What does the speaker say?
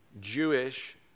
Jewish